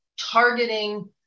targeting